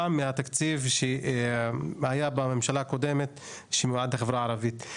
מהתקציב שהיה בממשלה הקודמת שמיועד לחברה הערבית.